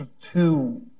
two